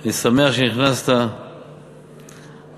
אני שמח שנכנסת ברגעים,